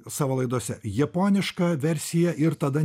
savo laidose japonišką versiją ir tada